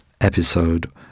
episode